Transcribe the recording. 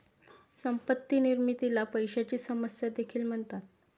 संपत्ती निर्मितीला पैशाची समस्या देखील म्हणतात